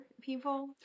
people